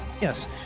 yes